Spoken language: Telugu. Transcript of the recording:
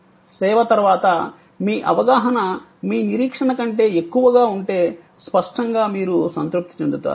సేవ తర్వాత మీ అవగాహన మీ నిరీక్షణ కంటే ఎక్కువగా ఉంటే స్పష్టంగా మీరు సంతృప్తి చెందుతారు